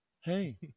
Hey